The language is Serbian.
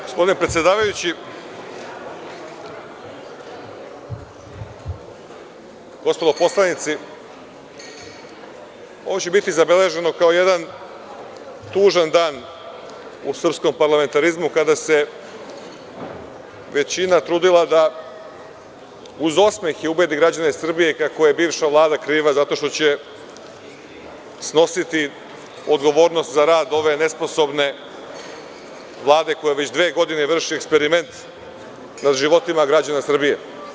Gospodine predsedavajući, gospodo poslanici, ovo će biti zabeleženo kao jedan tužan dan u srpskom parlamentarizmu kada se većina trudila da uz osmehe ubedi građane Srbije kako je bivša Vlada kriva zato što će snositi odgovornost za rad ove nesposobne Vlade, koja već dve godine vrši eksperiment nad životima građana Srbije.